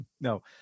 no